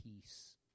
peace